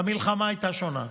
והמלחמה הייתה שונה.